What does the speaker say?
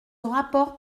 rapport